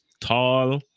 tall